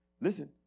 listen